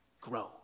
grow